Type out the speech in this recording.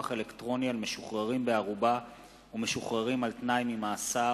אלקטרוני על משוחררים בערובה ומשוחררים על תנאי ממאסר),